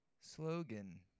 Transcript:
slogan